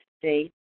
state